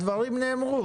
הדברים האלה כבר נאמרו,